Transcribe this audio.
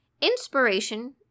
inspiration